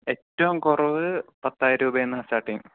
ഏറ്റവും കുറവ് പത്തായിരം രൂപയിൽ നിന്നാണ് സ്റ്റാർട്ട് ചെയ്യുന്നത്